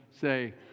say